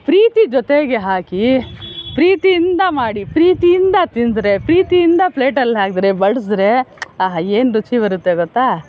ಪ್ರೀತಿ ಜೊತೆಗೆ ಹಾಕಿ ಪ್ರೀತಿಯಿಂದ ಮಾಡಿ ಪ್ರೀತಿಯಿಂದ ತಿಂದರೆ ಪ್ರೀತಿಯಿಂದ ಪ್ಲೇಟಲ್ಲಿ ಹಾಕಿದ್ರೆ ಬಡಿಸಿದ್ರೆ ಆಹಾ ಏನು ರುಚಿ ಬರುತ್ತೆ ಗೊತ್ತಾ